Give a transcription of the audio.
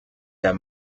der